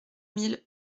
mille